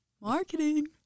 Marketing